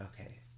Okay